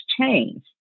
change